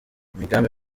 imigambi